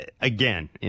again